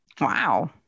Wow